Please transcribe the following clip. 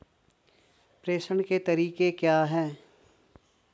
प्रेषण के तरीके क्या हैं?